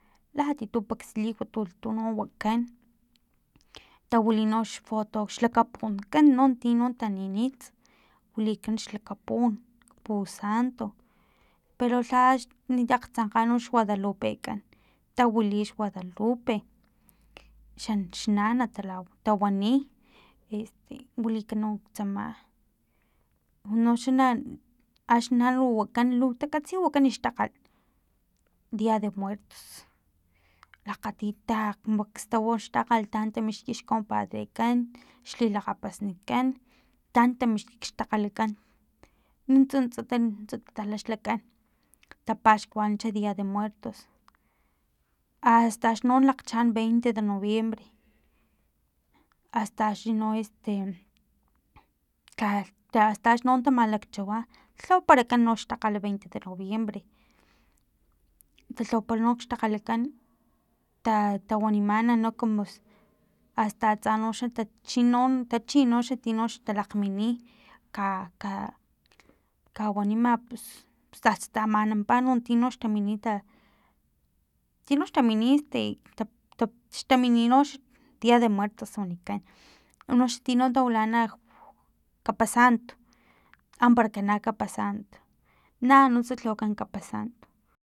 Latia tu pax luwat tu no wakan tawili nox foto xlakapunkan no tino ninits wilikan xlakapun pusanto pero lhax taktsankga nox guadalupekan tawili xguadalupe xa xnana tala tawani este wilik no tsama unoxa na axni na lu wakan tu takatsi wakan xtakgal dia de muertos lakgati ta pakstawa xtalgal taan tamixki xcompadrekan xlilakgapasnikan taan tamixki xtakgalakan nuntsa nuntsa tala xlakan tapaxkuanan xa dia de muertos hasta axno lakgchaan veinte de noviembre asta axni no este lhalh asta axni no ta malakchawa lhawaparakan no xtakgal veinte de noviembre talhawapara no xtakgalakan ta tawanimana no como asta atsa no ta chino tachi no tino talakgmini ka ka kawanima pus pus tsatsa tamanampa no tinox tamini ta tinox tamini este xta tamini no dia de muertos wanikan uno xa tino tawilana kapasant amparakana kapasant nanuntsa lhawakan kapasant